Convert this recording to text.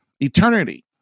Eternity